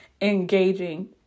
engaging